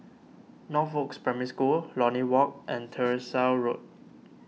Northoaks Primary School Lornie Walk and Tyersall Road